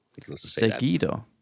Seguido